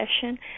session